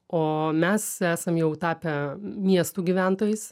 o mes esam jau tapę miestų gyventojais